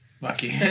Lucky